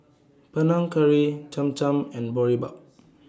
Panang Curry Cham Cham and Boribap